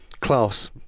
class